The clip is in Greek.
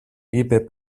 είπε